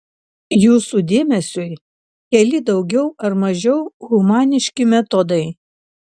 jūsų dėmesiui keli daugiau ar mažiau humaniški metodai